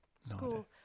school